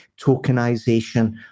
tokenization